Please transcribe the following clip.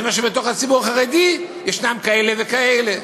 אני אומר שבתוך הציבור החרדי ישנם כאלה וכאלה.